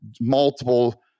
multiple